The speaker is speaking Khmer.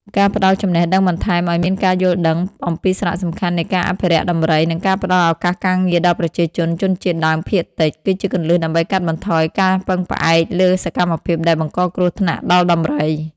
ការផ្តល់ចំណេះដឹងបន្ថែមឲ្យមានការយល់ដឹងអំពីសារៈសំខាន់នៃការអភិរក្សដំរី និងការផ្តល់ឱកាសការងារដល់ប្រជាជនជនជាតិដើមភាគតិច គឺជាគន្លឹះដើម្បីកាត់បន្ថយការពឹងផ្អែកលើសកម្មភាពដែលបង្កគ្រោះថ្នាក់ដល់ដំរី។